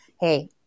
hey